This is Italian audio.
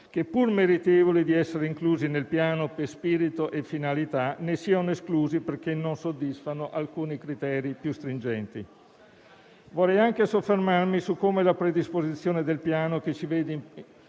che, pur meritevoli di essere inclusi nel Piano per spirito e finalità, ne siano esclusi perché non soddisfano alcuni criteri più stringenti. Vorrei anche soffermarmi su come la predisposizione del Piano, che ci vede